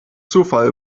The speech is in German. zufall